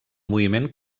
moviment